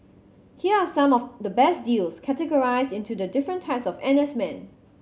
here are some of the best deals categorised into the different types of N S men